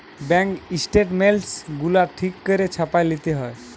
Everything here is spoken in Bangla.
ব্যাংক ইস্ট্যাটমেল্টস গুলা ঠিক ক্যইরে ছাপাঁয় লিতে হ্যয়